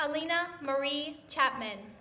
alina marie chapman